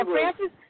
Francis